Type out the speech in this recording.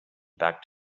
packed